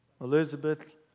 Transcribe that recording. Elizabeth